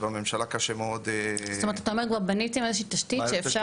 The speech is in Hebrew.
בממשלה קשה מאוד --- זאת אומרת שבניתם איזו שהיא תשתית שאפשר